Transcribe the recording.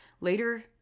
later